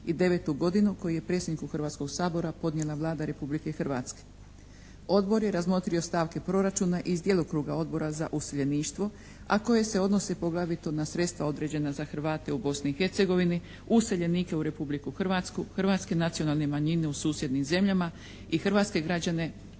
i 2009. godinu koji je predsjedniku Hrvatskoga sabora podnijela Vlada Republike Hrvatske. Odbor je razmotrio stavke proračuna iz djelokruga Odbora za useljeništvo a koje se odnose poglavito na sredstva određena za Hrvate u Bosni i Hercegovini, useljenike u Republiku Hrvatsku, hrvatske nacionalne manjine u susjednim zemljama i hrvatske građane koji